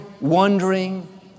wondering